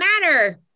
matter